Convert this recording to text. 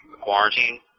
Quarantine